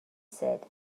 said